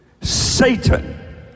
Satan